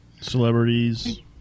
Celebrities